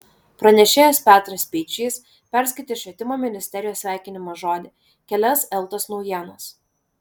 pranešėjas petras speičys perskaitė švietimo ministerijos sveikinimo žodį kelias eltos naujienas